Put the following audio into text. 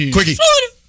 Quickie